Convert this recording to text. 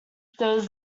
does